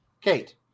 Kate